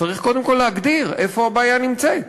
צריך קודם כול להגדיר איפה הבעיה נמצאת.